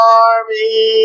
army